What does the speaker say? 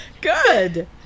Good